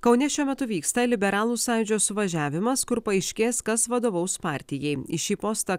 kaune šiuo metu vyksta liberalų sąjūdžio suvažiavimas kur paaiškės kas vadovaus partijai į šį postą